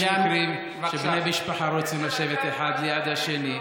יש מקרים שבני משפחה רוצים לשבת אחד ליד השני.